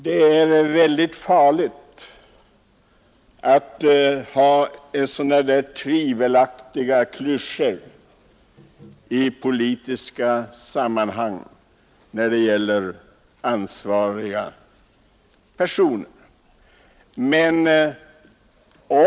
Det är farligt att använda sådana där tvivelaktiga klyschor i partisammanhang när det gäller ansvariga personer.